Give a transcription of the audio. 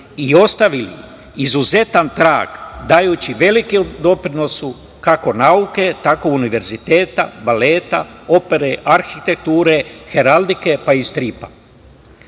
i ostavili izuzetan trag dajući veliki doprinos kako nauci, tako univerzitetu, baletu, opere, arhitekture, heraldike, pa i stripa. Kralj